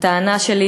הטענה שלי,